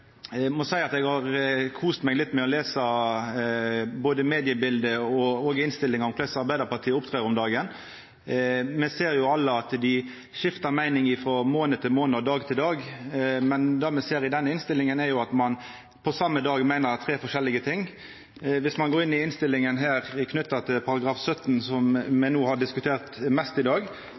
eg må seia at eg har kost meg med å lesa både mediebiletet og innstillinga og sett korleis Arbeidarpartiet opptrer om dagen. Me ser alle at dei skiftar meining frå månad til månad og frå dag til dag. Det me ser i denne innstillinga, er at ein på same tid meiner tre forskjellige ting. Dersom ein ser på innstillinga knytt til § 17, som me har diskutert mest i dag,